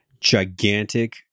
gigantic